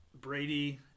Brady